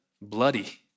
bloody